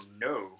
no